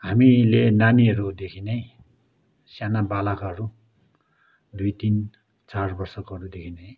हामीले नानीहरूदेखि नै साना बालकाहरू दुई तिन चार वर्षकोहरूदेखि नै